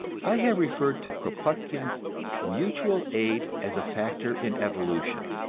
i have referred to kropotkin's mutual aid as a factor in evolution,